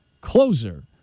closer